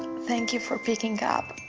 thank you for picking up,